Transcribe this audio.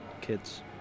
kids